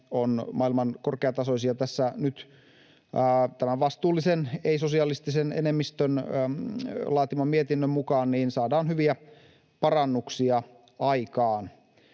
on maailman korkeatasoisin, ja tässä nyt tämän vastuullisen ei-sosialistisen enemmistön laatiman mietinnön mukaan saadaan hyviä parannuksia aikaan.